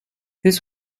this